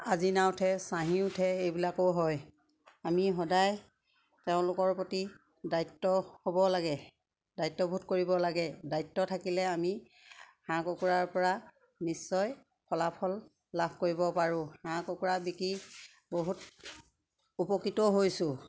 আজিনা উঠে চাহি উঠে এইবিলাকো হয় আমি সদায় তেওঁলোকৰ প্ৰতি দায়িত্ব হ'ব লাগে দায়িত্ববোধ কৰিব লাগে দায়িত্ব থাকিলে আমি হাঁহ কুকুৰাৰ পৰা নিশ্চয় ফলাফল লাভ কৰিব পাৰোঁ হাঁহ কুকুৰা বিকি বহুত উপকৃতও হৈছোঁ